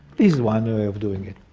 this is one way of doing it.